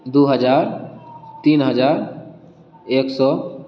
दू हजार तीन हजार एक सए